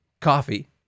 coffee